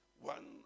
One